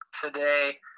today